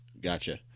Gotcha